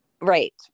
right